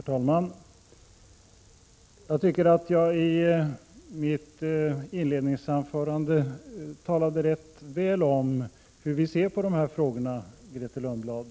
Herr talman! Jag tycker att jag i mitt inledningsanförande ganska väl redogjorde för hur vi ser på de här frågorna, Grethe Lundblad.